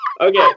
Okay